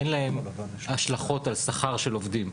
אין להם השלכות על שכר של עובדים.